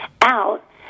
out